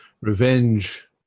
revenge